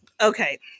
Okay